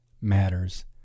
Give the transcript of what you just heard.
matters